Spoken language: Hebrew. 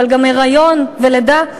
אבל גם היריון ולידה,